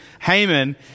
Haman